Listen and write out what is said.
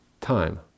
time